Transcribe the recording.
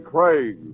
Craig